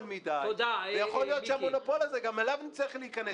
מדי ויכול להיות שגם אל המונופול הזה נצטרך להיכנס.